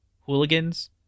hooligans